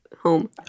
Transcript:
home